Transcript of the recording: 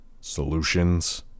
Solutions